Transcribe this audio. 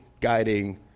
guiding